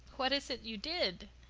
what is it you did?